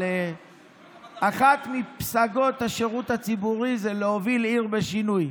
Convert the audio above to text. אבל אחת מפסגות השירות הציבורי זה להוביל עיר בשינוי.